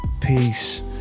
peace